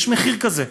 יש מחיר כזה.